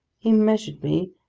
he measured me,